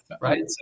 right